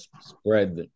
spread